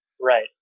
right